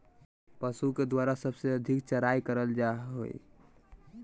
पशु के द्वारा सबसे अधिक चराई करल जा हई